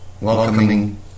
welcoming